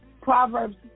Proverbs